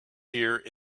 here